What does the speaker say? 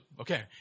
Okay